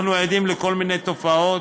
אנחנו עדים לכל מיני תופעות: